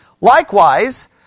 Likewise